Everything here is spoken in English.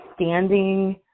standing